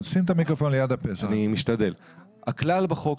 הכלל בחוק,